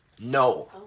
No